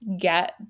get